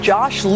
Josh